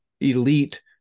elite